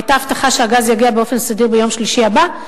היתה הבטחה שהגז יגיע באופן סדיר ביום שלישי הבא.